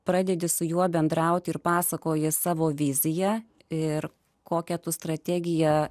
pradedi su juo bendrauti ir pasakoja savo viziją ir kokią tu strategiją